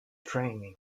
training